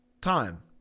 time